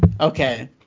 Okay